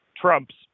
trumps